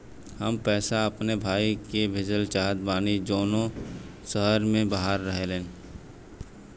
हम पैसा अपने भाई के भेजल चाहत बानी जौन शहर से बाहर रहेलन